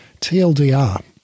TLDR